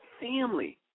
family